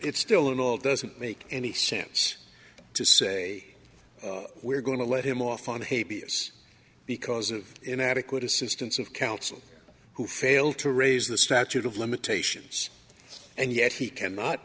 it's still in all doesn't make any sense to say we're going to let him off on the because of inadequate assistance of counsel who failed to raise the statute of limitations and yet he cannot